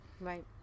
Right